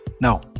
Now